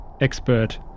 expert